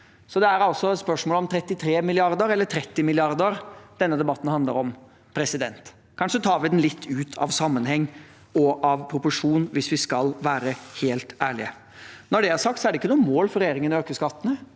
kr. Det er altså et spørsmål om 33 mrd. kr eller 30 mrd. kr denne debatten handler om. Kanskje tar vi den litt ut av sammenheng og ut av proporsjon, hvis vi skal være helt ærlige. Når det er sagt, er det ikke noe mål for regjeringen å øke skattene.